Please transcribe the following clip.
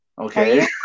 Okay